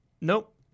Nope